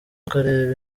ukarabe